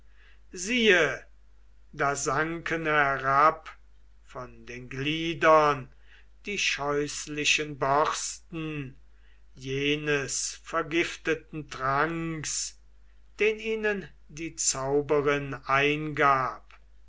siehe da sanken herab von den gliedern die scheußlichen borsten jenes vergifteten tranks den ihnen die zauberin eingab